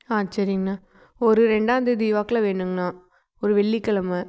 ஆ சரிங்கண்ணா ஒரு ரெண்டாம்தேதி வாக்கில் வேணுங்கண்ணா ஒரு வெள்ளி கிலம